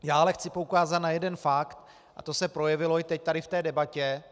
Já ale chci poukázat na jeden fakt, a to se projevilo i teď tady v té debatě.